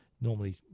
normally